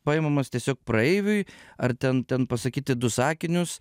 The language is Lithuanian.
paimamas tiesiog praeiviui ar ten ten pasakyti du sakinius